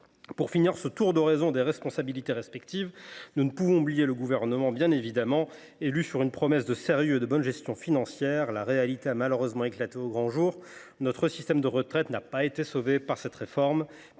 Pour finir ce tour d’horizon des responsabilités respectives, nous ne pouvons oublier le Gouvernement, naturellement. Alors qu’il a été porté au pouvoir sur une promesse de sérieux et de bonne gestion financière, la réalité a malheureusement éclaté au grand jour. Notre système de retraites n’a pas été sauvé par cette réforme.